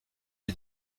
les